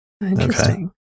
Interesting